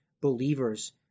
believers